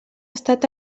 estat